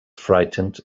frightened